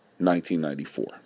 1994